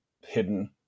hidden